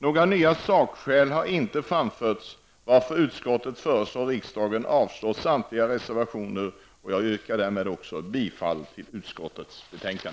Några nya sakskäl har inte framförts, varför utskottet föreslår riksdagen att avslå samtliga reservationer och bifalla utskottets hemställan.